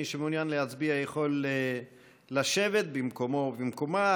מי שמעוניין להצביע יכול לשבת במקומו ובמקומה.